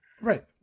Right